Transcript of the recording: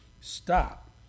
Stop